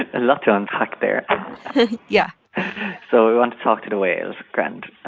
a lot to unpack there yeah so we want to talk to the whales. grand